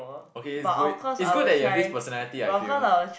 okay it's good it's good that you have this personality I feel